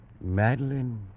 Madeline